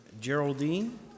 Geraldine